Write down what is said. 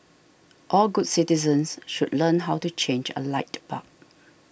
all good citizens should learn how to change a light bulb